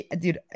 Dude